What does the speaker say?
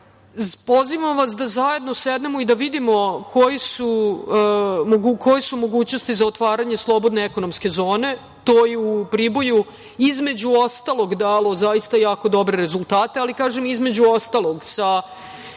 kraja. Pozivam vas da zajedno sednemo i da vidimo koje su mogućnosti za otvaranje slobodne ekonomske zone. To je u Priboju između ostalog dalo zaista jako dobre rezultate, ali kažem između ostalog sa